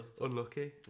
Unlucky